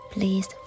Please